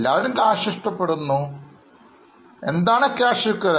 എല്ലാവരും cash ഇഷ്ടപ്പെടുന്നു എന്ന് വിചാരിക്കുന്നു എന്താണ് ക്യാഷ് equivalent